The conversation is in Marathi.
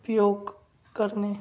उपयोग करणे